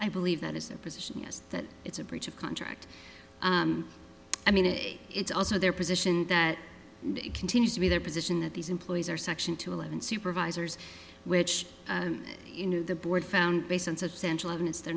i believe that is a position is that it's a breach of contract i mean it it's also their position that it continues to be their position that these employees are section two eleven supervisors which you know the board found basin substantial evidence they're